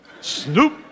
Snoop